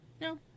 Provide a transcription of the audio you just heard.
No